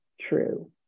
true